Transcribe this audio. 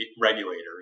regulators